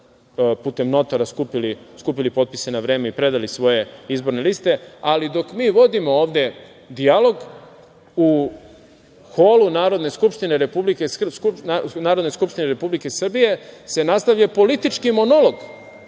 putem notara skupili potpise na vreme i predali svoje izborne liste. Ali, dok mi vodimo ovde dijalog, u holu Narodne skupštine Republike Srbije se nastavlja politički monolog